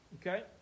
okay